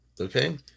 Okay